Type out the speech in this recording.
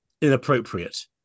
inappropriate